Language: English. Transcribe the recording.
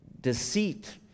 deceit